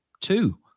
two